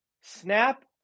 snap